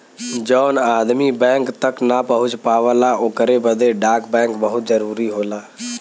जौन आदमी बैंक तक ना पहुंच पावला ओकरे बदे डाक बैंक बहुत जरूरी होला